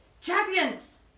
Champions